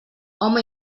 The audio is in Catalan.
home